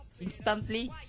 instantly